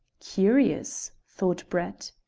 curious, thought brett.